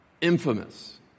infamous